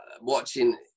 watching